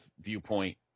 viewpoint